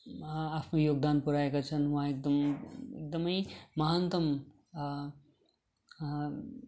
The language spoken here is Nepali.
आफ्नो योगदान पुर्याएका छन् उहाँ एकदम एकदमै महानतम